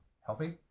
healthy